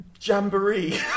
Jamboree